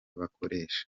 bakoresha